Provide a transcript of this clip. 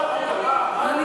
גברתי